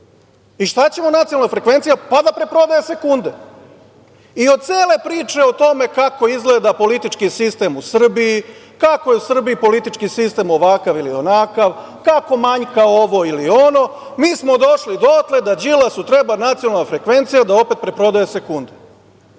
Šta će mu nacionalna frekvencija? Pa da preprodaje sekunde. Od cele priče o tome kako izgleda politički sistem u Srbiji, kako je u Srbiji politički sistem ovakav ili onakav, kako manjka ovo ili ono, mi smo došli dotle da Đilasu treba nacionalna frekvencija da opet preprodaje sekunde.